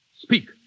Speak